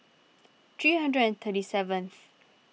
three hundred and thirty seventh